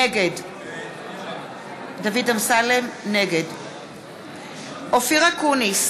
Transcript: נגד אופיר אקוניס,